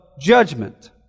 judgment